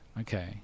Okay